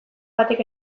batek